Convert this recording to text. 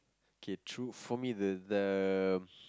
okay true for me the the